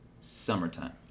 summertime